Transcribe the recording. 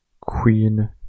queen